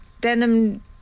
denim